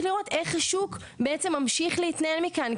לראות איך השוק בעצם מממשיך להתנהל מכאן.